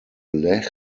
lech